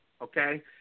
okay